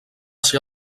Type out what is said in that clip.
ser